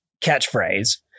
catchphrase